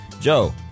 Joe